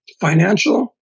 financial